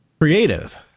creative